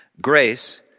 Grace